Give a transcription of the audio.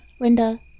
Linda